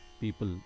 people